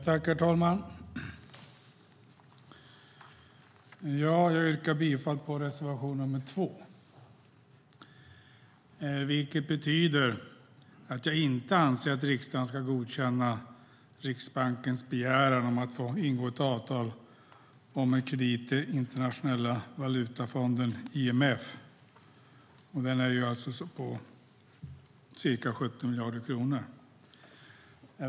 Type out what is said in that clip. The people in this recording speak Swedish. Herr talman! Jag yrkar bifall till reservation nr 2. Det betyder att jag inte anser att riksdagen ska godkänna Riksbankens begäran om att få ingå ett avtal om en kredit till Internationella valutafonden, IMF. Den krediten är alltså på ca 70 miljarder kronor.